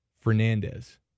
Fernandez